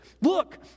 Look